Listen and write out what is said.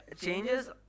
changes